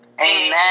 Amen